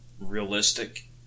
realistic